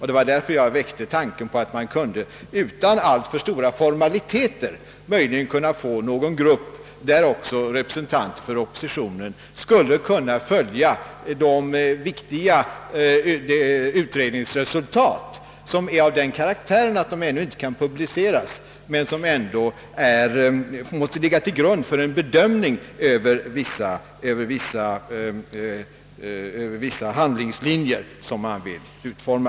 Det var därför jag väckte tanken på att man utan alltför stora formaliteter möjligen kunde skapa någon grupp, i vilken också representanter för oppositionen skulle kunna följa de viktiga utredningsresultat som är av den karaktären att de ännu inte kan publiceras, men som ändå måste ligga till grund för en bedömning av de handlingslinjer man vill utforma.